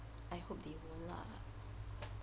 I hope they won't lah